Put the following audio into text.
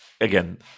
again